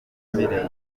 mirenge